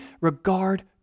regard